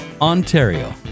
Ontario